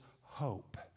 hope